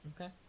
Okay